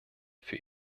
für